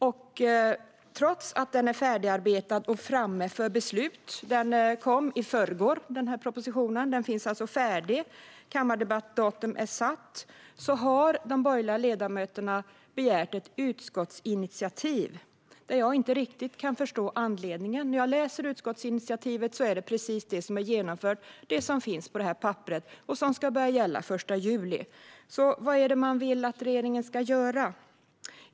Trots att propositionen är färdigarbetad och framme för beslut - den lades fram i förrgår, är färdig och kammardebattdatum är satt - har de borgerliga ledamöterna begärt ett utskottsinitiativ. Jag kan inte riktigt förstå anledningen. När jag läser utskottsinitiativet kan jag konstatera att det som finns på papperet är genomfört och ska börja gälla den 1 juli. Vad är det man vill att regeringen ska göra?